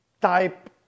type